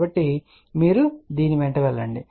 కాబట్టి మీరు దీని వెంట వెళ్లండి